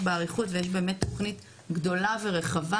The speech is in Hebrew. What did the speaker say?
מנועי פעולה עיקריים: